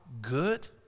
good